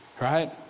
right